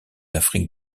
afrique